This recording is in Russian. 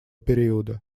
периода